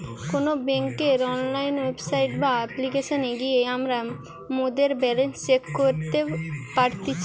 কোনো বেংকের online website বা অপ্লিকেশনে গিয়ে আমরা মোদের ব্যালান্স চেক করি পারতেছি